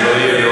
זה לא יהיה,